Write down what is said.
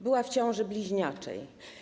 Była w ciąży bliźniaczej.